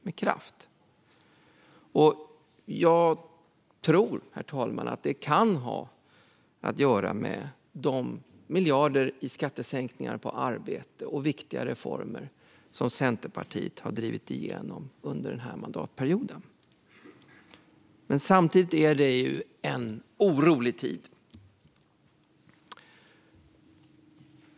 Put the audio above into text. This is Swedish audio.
Jag tror att det kan ha att göra med de miljarder i skattesänkningar på arbete och andra viktiga reformer som Centerpartiet har drivit igenom under denna mandatperiod. Samtidigt är det en orolig tid.